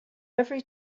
every